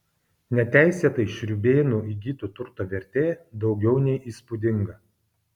neteisėtai šriūbėnų įgyto turto vertė daugiau nei įspūdinga